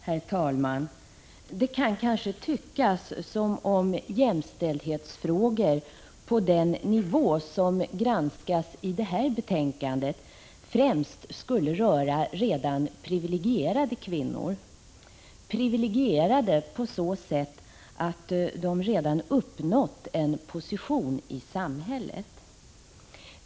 Herr talman! Det kan kanske tyckas som om jämställdhetsfrågor på den nivå som granskas i detta betänkande främst skulle röra redan privilegierade kvinnor — privilegierade på så sätt att de redan uppnått en position i samhället.